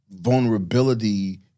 vulnerability